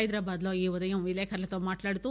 హైదరాబాద్ లో ఈ ఉదయం విలేఖరులతో మాట్లాడుతూ